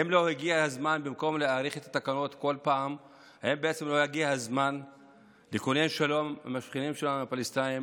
האם לא הגיע הזמן לכונן שלום עם השכנים שלנו הפלסטינים?